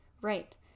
Right